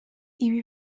ibi